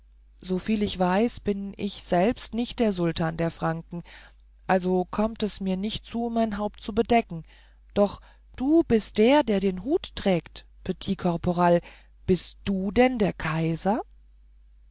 soviel ich weiß bin ich selbst nicht der sultan der franken also kommt es mir nicht zu mein haupt zu bedecken doch du bist der der den hut trägt petit caporal bist denn du der kaiser